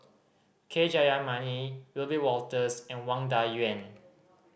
K Jayamani Wiebe Wolters and Wang Dayuan